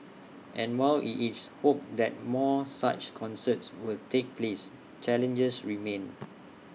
and while IT is hoped that more such concerts will take place challenges remain